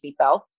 seatbelt